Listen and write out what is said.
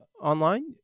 online